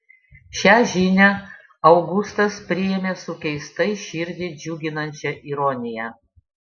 šią žinią augustas priėmė su keistai širdį džiuginančia ironija